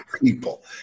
people